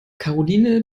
karoline